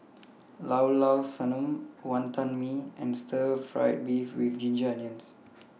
Llao Llao Sanum Wantan Mee and Stir Fried Beef with Ginger Onions